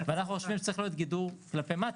ואנחנו חושבים שצריך להיות גידור כלפי מטה.